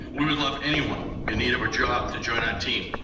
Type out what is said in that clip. we'd love anyone in need of a job to join our team.